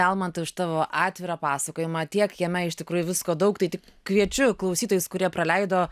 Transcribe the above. almantai už tavo atvirą pasakojimą tiek jame iš tikrųjų visko daug tai tik kviečiu klausytojus kurie praleido